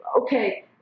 Okay